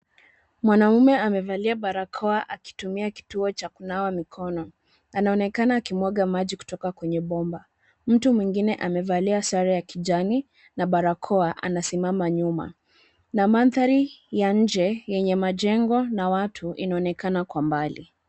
Mwanamume amevalia barakoa akitumia kituo cha kunawa mikono. Anaonekana akimwaga maji kutoka kwenye bomba. Mtu mwingine amevalia sare ya kijani na barakoa anasimama nyuma na mandhari ya nje yenye majengo na watu inaonekana kwa mbali.